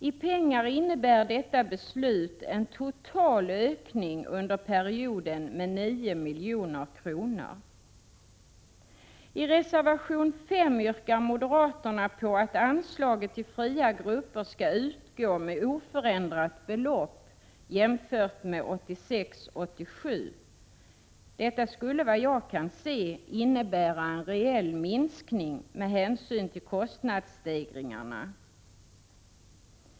I pengar innebär detta beslut en total ökning under perioden med 9 milj.kr. I reservation 5 yrkar moderaterna på att anslaget till fria grupper skall utgå med oförändrat belopp jämfört med 1986/87. Detta skulle, vad jag kan se, innebära en reell minskning med hänsyn till konstnadsstegringarna.